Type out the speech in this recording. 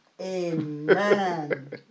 Amen